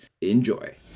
Enjoy